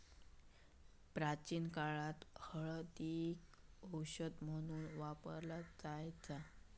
प्राचीन काळात हळदीक औषध म्हणून वापरला जायचा